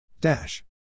Dash